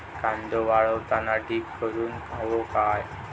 कांदो वाळवताना ढीग करून हवो काय?